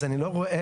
אז אני לא רואה,